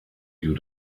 you